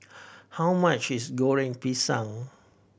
how much is Goreng Pisang